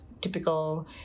typical